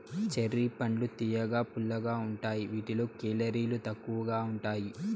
cherry పండ్లు తియ్యగా, పుల్లగా ఉంటాయి వీటిలో కేలరీలు తక్కువగా ఉంటాయి